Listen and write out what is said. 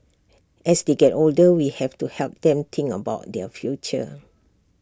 as they get older we have to help them think about their future